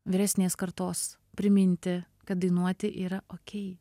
vyresnės kartos priminti kad dainuoti yra okei